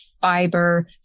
fiber